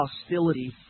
hostility